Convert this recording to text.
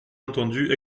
entendu